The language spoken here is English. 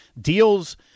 deals